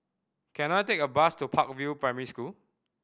can I take a bus to Park View Primary School